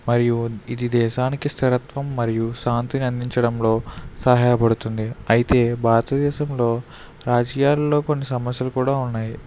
మరియు ఇది దేశానికి స్థిరత్వం మరియు శాంతిని అందించడంలో సహాయపడుతుంది అయితే భారతదేశంలో రాజకీయాల్లో కొన్ని సమస్యలు కూడా ఉన్నాయి